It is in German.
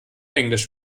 englisch